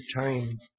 time